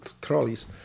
trolleys